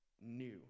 new